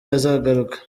azagaruke